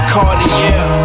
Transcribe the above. Cartier